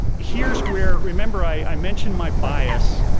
here's where, remember i mentioned my bias,